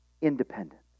Independent